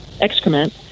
excrement